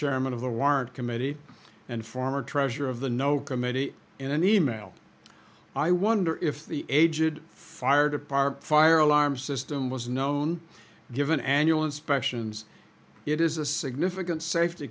chairman of the wired committee and former treasurer of the no committee in an e mail i wonder if the aged fire department fire alarm system was known given annual inspections it is a significant safety